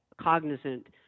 cognizant